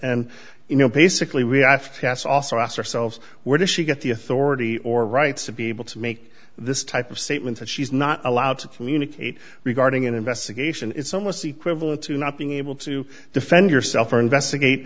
and you know basically we have to pass also ask ourselves where does she get the authority or rights to be able to make this type of statement that she's not allowed to communicate regarding an investigation it's almost equivalent to not being able to defend yourself or investigate